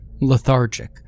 lethargic